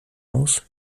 aus